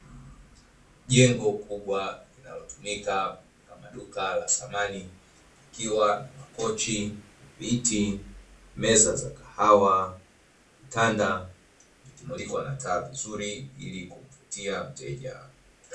Jengo kubwa linalotumika kama duka la samani ikiwa kochi, viti meza za kahawa, vitanda vilivyotundikwa na taa nzuri ili kuvutia wateja.